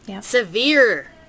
severe